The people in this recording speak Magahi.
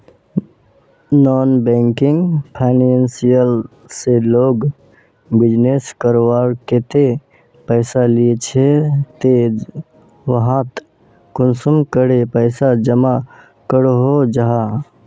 नॉन बैंकिंग फाइनेंशियल से लोग बिजनेस करवार केते पैसा लिझे ते वहात कुंसम करे पैसा जमा करो जाहा?